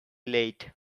late